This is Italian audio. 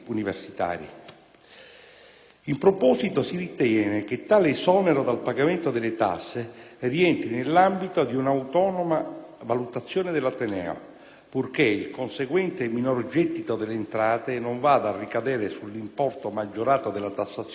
In proposito, si ritiene che tale esonero dal pagamento delle tasse rientri nell'ambito di una autonoma valutazione dell'ateneo, purché il conseguente minor gettito delle entrate non vada a ricadere sull'importo maggiorato della tassazione per gli altri studenti,